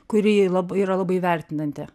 kuri lab yra labai vertinanti